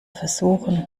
versuchen